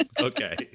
Okay